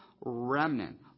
remnant